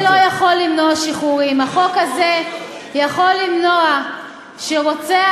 החוק הזה לא יכול למנוע שחרורים.